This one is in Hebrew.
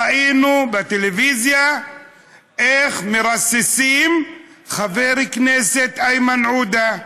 ראינו בטלוויזיה איך מרססים את חבר הכנסת איימן עודה,